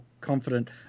confident